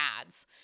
ads